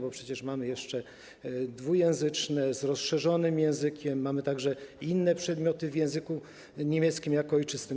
Bo przecież mamy jeszcze klasy dwujęzyczne, z rozszerzonym językiem, mamy także inne przedmioty w języku niemieckim jako ojczystym.